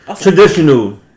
Traditional